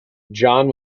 john